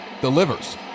delivers